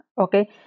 okay